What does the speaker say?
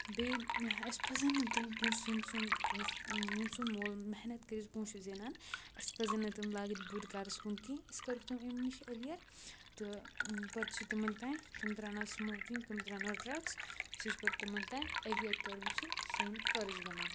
بیٚیہِ اَسہِ پَزَن نہٕ تِم پونٛسہٕ ییٚمہِ سُنٛد پونٛسہٕ ییٚمہِ سُنٛد مول محنت کٔرِتھ پونٛسہٕ چھُ زینان اَسہِ پَزَن نہٕ تِم لاگٕنۍ بُرٕ کارَس کُن کینٛہہ أسۍ کَرہوکھ تِم اَمہِ نِش اٮ۪وِیَر تہٕ پَتہٕ چھِ تِمَن تام تِم ترٛاونا سموکِنٛگ تِم ترٛاونا ڈرٛگٕز سُہ چھِ پَتہٕ تِمَن تام اٮ۪وِیَر کَرُن چھِ سون فَرٕض بَنان